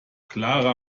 karla